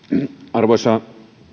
arvoisa